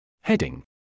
Heading